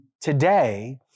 today